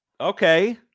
Okay